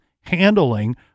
handling